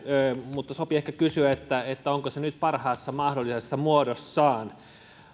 mutta sopii ehkä kysyä onko se nyt parhaassa mahdollisessa muodossaan